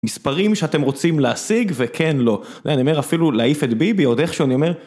מספרים שאתם רוצים להשיג וכן לא, אני אומר אפילו להעיף את ביבי עוד איכשהו אני אומר.